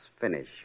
finish